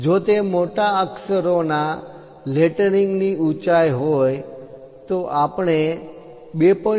જો તે મોટા અક્ષરો ના લેટરિંગ ની ઊંચાઈ હોય તો આપણે 2